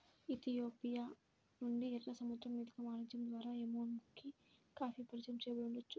Ethiopia నుండి, ఎర్ర సముద్రం మీదుగా వాణిజ్యం ద్వారా ఎమెన్కి కాఫీ పరిచయం చేయబడి ఉండవచ్చు